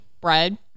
bread